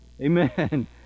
Amen